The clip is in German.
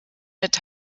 mit